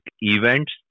events